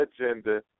agenda